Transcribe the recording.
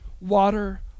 water